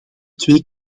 twee